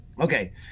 Okay